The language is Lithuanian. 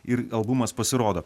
ir albumas pasirodo